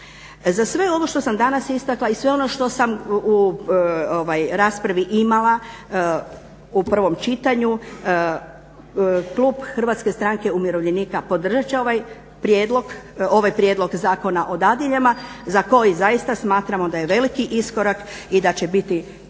Za sve ovo što sam danas istakla i sve ono što sam u raspravi imala u prvom čitanju klub HSU-a podržat će ovaj prijedlog Zakona o dadiljama za koji zaista smatramo da je veliki iskorak i da će biti